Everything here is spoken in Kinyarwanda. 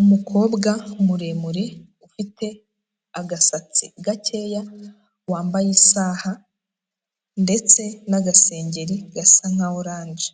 Umukobwa muremure ufite agasatsi gakeya, wambaye isaha ndetse n'agasengeri gasa nka oranje,